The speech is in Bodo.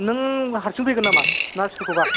नों हारसिं फैगोन नामा ना सोरखौबा